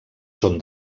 són